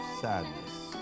sadness